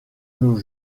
nos